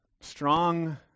strong